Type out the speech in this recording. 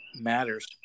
matters